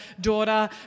daughter